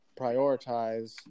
prioritize